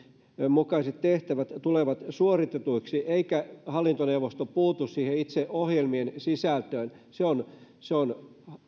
mukaiset tehtävät tulevat suoritetuiksi eikä hallintoneuvosto puutu siihen itse ohjelmien sisältöön se on se on